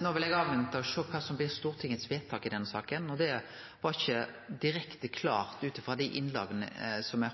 No vil eg avvente og sjå kva som blir Stortingets vedtak i denne saka, det var ikkje direkte klart ut ifrå dei innlegga som